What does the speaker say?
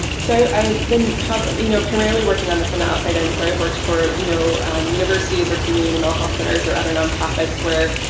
so i've been you know primarily working on them from the outside in. so i've worked for you know universities or community mental health centers or other nonprofits where